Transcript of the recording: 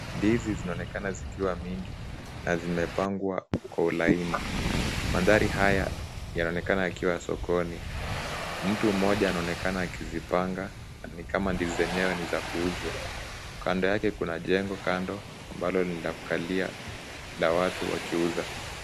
Ndizi zinaonekana zikiwa mingi na zimepangwa kwa ulaini. Maadhari haya yanaonekana yakiwa ya sokoni. Mtu mmoja anaonekana akizipanga na ni kama ndizi zenyewe ni za kuuzwa. Kando yake kuna jengo kando ambalo lina kalia la watu wakiuza.